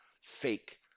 fake